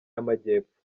y’amajyepfo